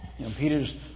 Peter's